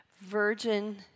virgin